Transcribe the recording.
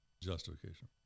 justification